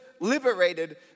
liberated